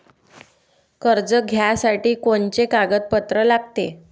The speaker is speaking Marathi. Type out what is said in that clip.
कर्ज घ्यासाठी कोनचे कागदपत्र लागते?